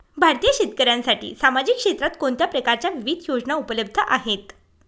भारतीय शेतकऱ्यांसाठी सामाजिक क्षेत्रात कोणत्या प्रकारच्या विविध योजना उपलब्ध आहेत?